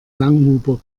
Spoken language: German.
langhuber